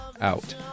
out